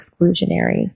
exclusionary